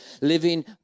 living